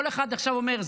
כל אחד עכשיו אומר,